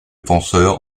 penseur